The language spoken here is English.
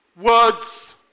words